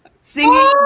Singing